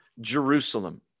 Jerusalem